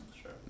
Sure